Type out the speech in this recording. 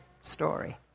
story